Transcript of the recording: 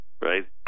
Right